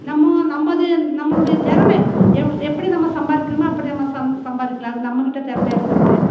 நம்ம நம்மது நம்மளுடைய தெறம எ எப்டி நம்ம சம்பாதிக்கணுமோ அப்படி நம்ம சம் சம்பாதிக்கிலாம் அது நம்மகிட்ட திறம இருக்குது